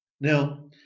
now